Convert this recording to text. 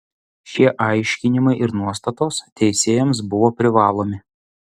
šie aiškinimai ir nuostatos teisėjams buvo privalomi